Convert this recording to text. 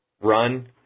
run